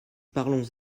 parlons